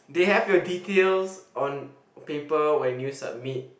they have your details on paper when you submit